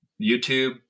YouTube